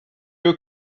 you